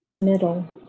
middle